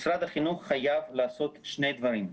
משרד החינוך חייב לעשות שני דברים.